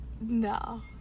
No